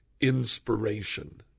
inspiration